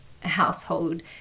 household